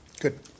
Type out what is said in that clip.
Good